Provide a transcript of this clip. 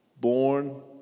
Born